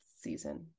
season